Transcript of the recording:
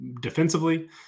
defensively